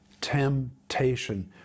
Temptation